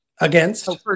Against-